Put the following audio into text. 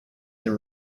and